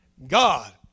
God